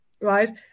Right